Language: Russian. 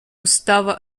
устава